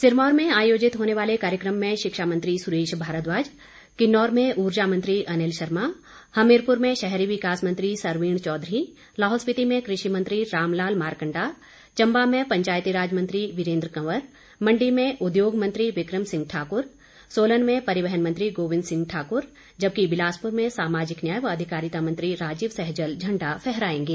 सिरमौर में आयोजित होने वाले कार्यक्रम में शिक्षा मंत्री सुरेश भारद्वाज किन्नौर में ऊर्जा मंत्री अनिल शर्मा हमीरपुर में शहरी विकास मंत्री सरवीण चौधरी लाहौल स्पीति में कृषि मंत्री रामलाल मारकंडा चंबा में पंचायती राज मंत्री वीरेंद्र कवंर मंडी में उद्योग मंत्री विक्रम सिंह ठाकुर सोलन में परिवहन मंत्री गोविन्द सिंह ठाकुर जबकि बिलासपुर में सामाजिक न्याय व अधिकारिता मंत्री राजीव सहजल झंडा फहरायेंगे